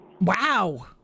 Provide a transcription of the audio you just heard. Wow